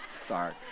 Sorry